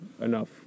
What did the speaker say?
enough